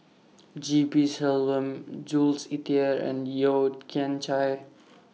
G P Selvam Jules Itier and Yeo Kian Chai